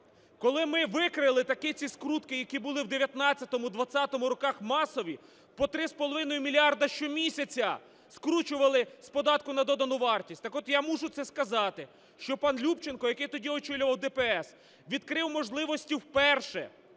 коли ми викрили таки ці скрутки, які були в 2019-2020 роках масові, по 3,5 мільярда щомісяця скручували з податку на додану вартість,– так от, я мушу це сказати, що пан Любченко, який тоді очолював ДПС, відкрив можливості вперше